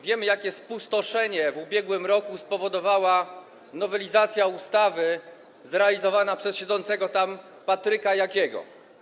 Wiemy, jakie spustoszenie w ubiegłym roku spowodowała nowelizacja ustawy zrealizowana przez siedzącego tam Patryka Jakiego.